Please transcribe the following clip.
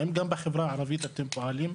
האם גם בחברה הערבית אתם פועלים?